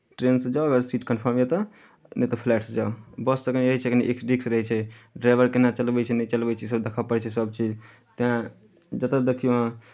ट्रेनसँ जाउ अगर सीट कन्फर्म यए तऽ नहि तऽ फ्लाइटसँ जाउ बस से रहै छै कनि रिक्स रहै छै ड्राइभर केना चलबै छै नहि चलबै छै देखय पड़ै छै सभचीज तैँ जतय देखियौ अहाँ